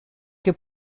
que